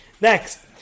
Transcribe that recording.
Next